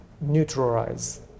neutralize